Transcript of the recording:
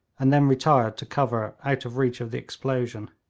and then retired to cover out of reach of the explosion.